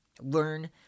learn